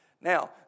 Now